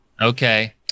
Okay